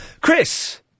Chris